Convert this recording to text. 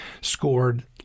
scored